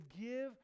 give